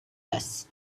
less